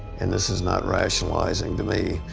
and this is not rationalizing to me,